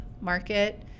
market